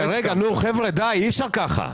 רגע, חבר'ה, די, אי אפשר כך.